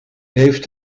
heeft